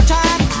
time